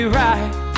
right